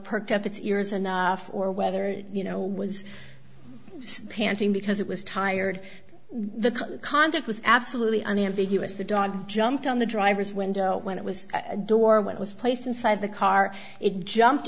up its ears enough or whether you know was panting because it was tired the conduct was absolutely unambiguous the dog jumped on the driver's window when it was a door what was placed inside the car it jumped